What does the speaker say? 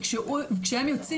וכשבתו יוצאת